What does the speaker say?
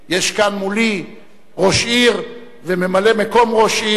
יש כאן מולי ראש עיר וממלא-מקום ראש עיר,